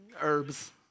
Herbs